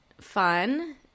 fun